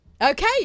okay